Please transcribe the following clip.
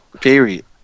period